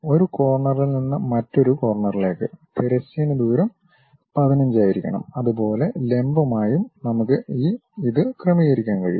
ഒരു കോർണറിൽ നിന്ന് മറ്റൊരു കോർണറിലേക്ക് തിരശ്ചീന ദൂരം 15 ആയിരിക്കണം അതുപോലെ ലംബമായും നമുക്ക് ഇത് ക്രമീകരിക്കാൻ കഴിയും